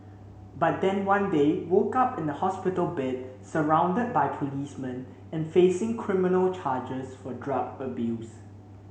but then one day woke up in a hospital bed surround by policemen and facing criminal charges for drug abuse